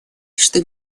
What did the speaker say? что